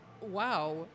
Wow